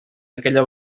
aquella